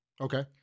Okay